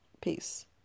Peace